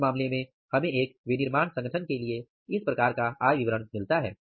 तो इस मामले में हमें एक विनिर्माण संगठन के लिए इस प्रकार का आय विवरण मिलता है